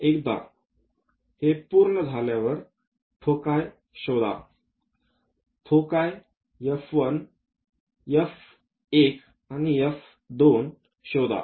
एकदा हे पूर्ण झाल्यावर फोकाय शोधा फोकाय F1 आणि F2 शोधा